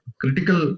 critical